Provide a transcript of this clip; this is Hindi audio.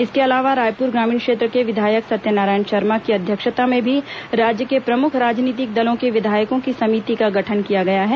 इसके अलावा रायपुर ग्रामीण क्षेत्र के विधायक सत्यनारायण शर्मा की अध्यक्षता में भी राज्य के प्रमुख राजनीतिक दलों के विधायकों की समिति का गठन किया गया है